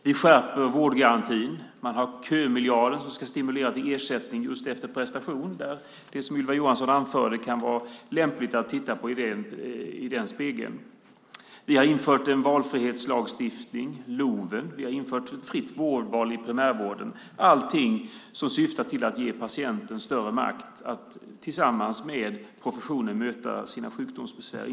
Vi skärper vårdgarantin. Man har kömiljarden som ska stimulera till ersättning just efter prestation, där det som Ylva Johansson anförde kan vara lämpligt att titta på i den spegeln. Vi har infört en valfrihetslagstiftning, LOV:en. Vi har infört ett fritt vårdval i primärvården. Allt detta syftar till att ge patienten större makt att tillsammans med professionen möta sina sjukdomsbesvär.